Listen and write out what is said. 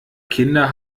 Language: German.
kinder